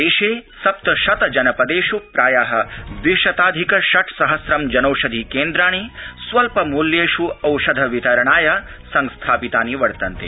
देशे सप्तशत जनपदेष् प्राय द्वि शताधिक षट् सहस्रं जनौषधि केन्द्राणि स्वल्पमूल्येष् औषध वितरणाय संस्थापितानि सन्ति